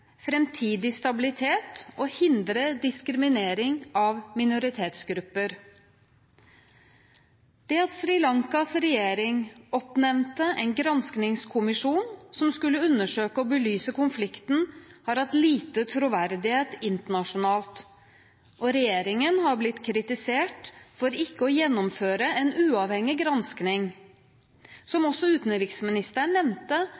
stabilitet og hindre diskriminering av minoritetsgrupper. Det at Sri Lankas regjering oppnevnte en granskingskommisjon som skulle undersøke og belyse konflikten, har hatt lite troverdighet internasjonalt, og regjeringen har blitt kritisert for ikke å gjennomføre en uavhengig gransking, som også utenriksministeren nevnte